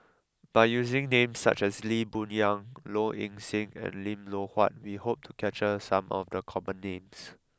by using names such as Lee Boon Yang Low Ing Sing and Lim Loh Huat we hope to capture some of the common names